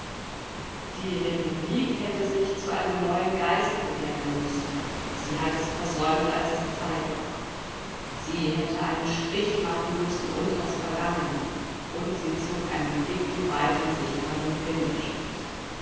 die republik hätte sich zu einem neuen geist bekennen müssen sie hat es versäumt als es zeit war sie hätte einen strich machen müssen unters vergangene und sie zog einen dicken weithin sichtbaren bindestrich